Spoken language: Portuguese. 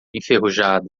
enferrujada